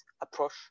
approach